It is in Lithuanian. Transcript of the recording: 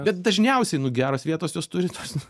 bet dažniausiai nu geros vietos jos turi tuos